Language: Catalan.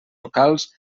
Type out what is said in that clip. locals